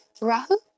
Rahu